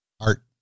art